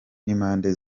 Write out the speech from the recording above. n’impande